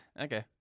Okay